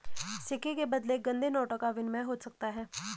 सिक्के के बदले गंदे नोटों का विनिमय हो सकता है